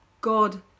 God